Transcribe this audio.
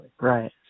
right